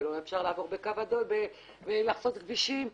ואי אפשר לחצות כבישים.